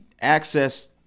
access